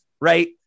right